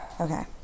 Okay